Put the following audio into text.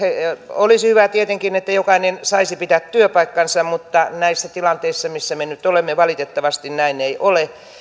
olisi hyvä tietenkin että jokainen saisi pitää työpaikkansa mutta näissä tilanteissa missä me nyt olemme valitettavasti näin ei ole